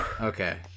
Okay